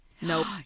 nope